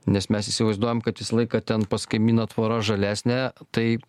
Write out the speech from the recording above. nes mes įsivaizduojam kad visą laiką ten pas kaimyną tvora žalesnė tai